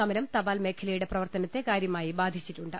സമരം തപാൽമേഖല യുടെ പ്രവർത്തനത്തെ കാരൃമായി ബാധിച്ചിട്ടുണ്ട്